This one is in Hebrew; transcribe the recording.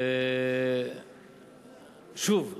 ושוב,